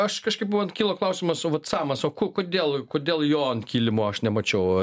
aš kažkaip buvo vat kilo klausimas o vat samas o o kodėl kodėl jo ant kilimo aš nemačiau